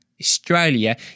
Australia